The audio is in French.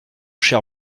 cher